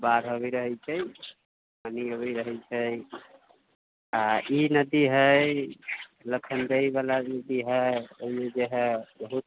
बाढ़ि भी अबैत रहैत छै पानि अबैत रहैत छै आ ई नदी हय लखनदेइ नदी बला नदी हय ओहिमे जे हय बहुत